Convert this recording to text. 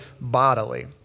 bodily